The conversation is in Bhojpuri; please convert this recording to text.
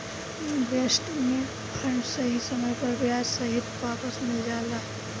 इन्वेस्टमेंट फंड सही समय पर ब्याज सहित वापस मिल जाला